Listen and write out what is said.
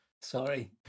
sorry